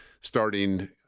starting